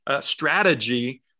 strategy